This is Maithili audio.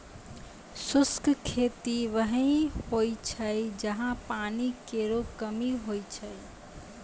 शुष्क खेती वहीं होय छै जहां पानी केरो कमी होय छै